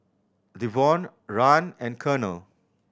Devaughn Rahn and Colonel